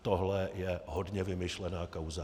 Tohle je hodně vymyšlená kauza.